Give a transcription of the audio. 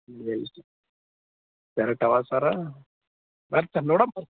ಈಗ ಬೇರೆ ತಗೊಳಿ ಸರ ಬರ್ತಾರೆ ನೋಡೋಣ್ ಬನ್ರಿ